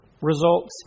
results